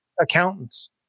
accountants